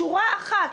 שורה אחת: